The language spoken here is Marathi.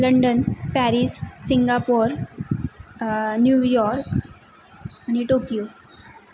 लंडन पॅरिस सिंगापोर न्यूयॉर्क आणि टोकियो